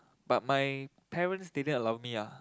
but my parents didn't allow me ah